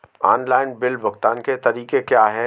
Online bill भुगतान के तरीके क्या हैं?